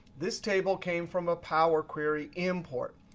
this table came from a power query import,